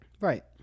right